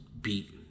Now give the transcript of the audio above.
beat